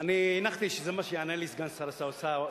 אני הנחתי שזה מה שיענה לי סגן שר האוצר,